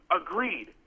Agreed